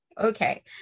Okay